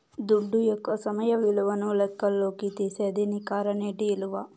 దుడ్డు యొక్క సమయ విలువను లెక్కల్లోకి తీసేదే నికర నేటి ఇలువ